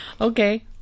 okay